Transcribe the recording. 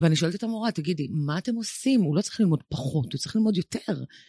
ואני שואלת את המורה, תגידי, מה אתם עושים? הוא לא צריך ללמוד פחות, הוא צריך ללמוד יותר.